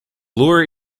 lure